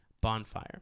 Bonfire